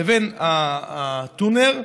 לבין הטונר,